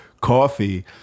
coffee